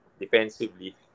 defensively